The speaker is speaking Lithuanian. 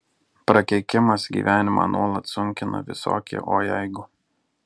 prakeikimas gyvenimą nuolat sunkina visokie o jeigu